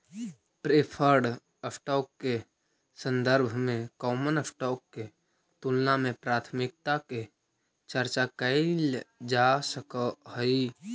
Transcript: preferred stock के संदर्भ में कॉमन स्टॉक के तुलना में प्राथमिकता के चर्चा कैइल जा सकऽ हई